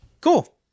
Cool